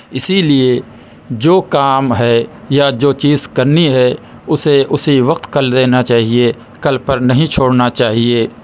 اسی لئے جو کام ہے یا جو چیز کرنی ہے اسے اسی وقت کر لینا چاہیے کل پر نہیں چھوڑنا چاہئے